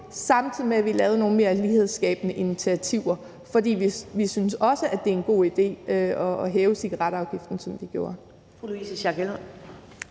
samtidig med at vi lavede nogle mere lighedsskabende initiativer. For vi synes også, at det er en god idé at hæve cigaretafgiften, som vi gjorde.